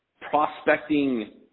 prospecting